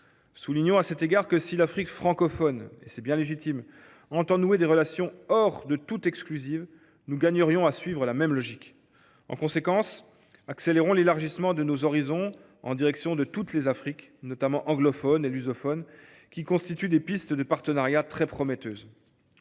Soulignons à cet égard que si l’Afrique francophone – c’est bien légitime – entend nouer des relations hors de toute coopération exclusive, nous gagnerions à suivre la même logique. En conséquence, accélérons l’élargissement de nos horizons en direction de toutes les Afriques, notamment anglophone et lusophone, qui constituent des pistes de partenariat très prometteuses.